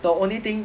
the only thing